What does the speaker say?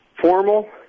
formal